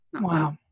Wow